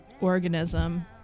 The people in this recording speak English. organism